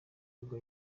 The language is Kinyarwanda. ubwo